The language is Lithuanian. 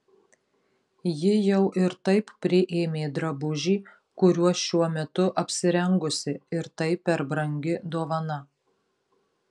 ji jau ir taip priėmė drabužį kuriuo šiuo metu apsirengusi ir tai per brangi dovana